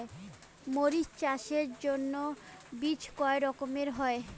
মরিচ চাষের জন্য বীজ কয় রকমের হয়?